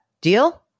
Deal